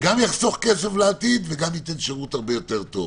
שגם יחסוך כסף לעתיד וגם ייתן שרות הרבה יותר טוב.